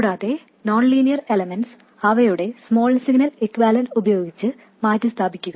കൂടാതെ non linear elements അവയുടെ small signal equivalent ഉപയോഗിച്ച് മാറ്റിസ്ഥാപിക്കുക